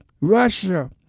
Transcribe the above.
Russia